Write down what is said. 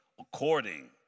according